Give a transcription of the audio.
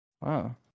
wow